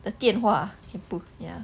the 电话 put ya